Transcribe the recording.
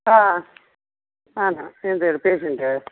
ಹಾಂ ನಾನು ಪೇಶೆಂಟ